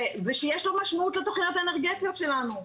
ויש לו משמעות לתכניות האנרגטיות שלנו.